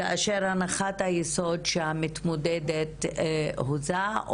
כאשר הנחת היסוד היא שהמתמודדת הוזה,